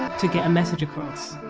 to get a message across.